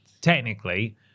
technically